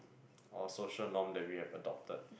or social norm that we have adopted